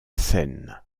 scène